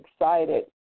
excited